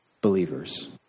believers